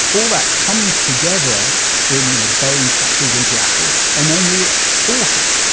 all that comes together in, you know, boeing's factories in seattle, and then we export it.